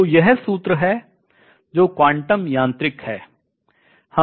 तो यह सूत्र है जो क्वांटम यांत्रिक है